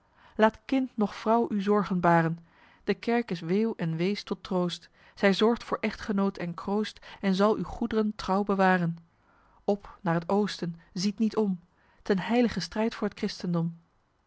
laat vrouw noch kind u zorgen baren de kerk is weêuw en wees tot troost zij zorgt voor echtgenoot en kroost en zal uw goedren trouw bewaren op naar het oosten ziet niet om ten heilgen strijd voor t christendom